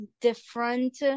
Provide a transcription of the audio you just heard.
different